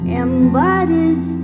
embodies